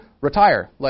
retire